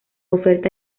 oferta